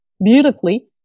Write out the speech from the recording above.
beautifully